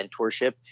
mentorship